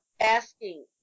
asking